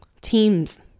teams